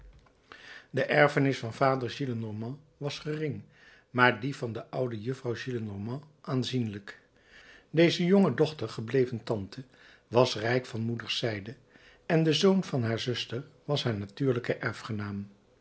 de erfenis van vader gillenormand was gering maar die van de oude juffrouw gillenormand aanzienlijk deze jongedochter gebleven tante was rijk van moederszijde en de zoon van haar zuster was haar natuurlijke